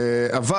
אבל,